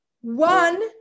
one